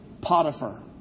Potiphar